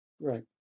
Right